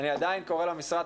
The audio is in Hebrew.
אני עדיין קורא למשרד,